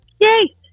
Yay